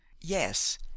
yes